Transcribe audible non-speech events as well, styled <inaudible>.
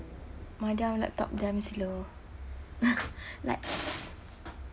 my dell laptop damn slow <laughs> like